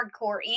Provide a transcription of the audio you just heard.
hardcore